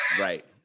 Right